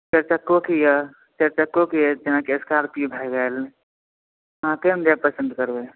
चारि चक्कोके यऽ जेनाकि स्कार्पियो भए गेल अहाँ केहन पसन्द करबै